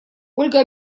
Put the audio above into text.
ольга